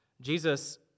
Jesus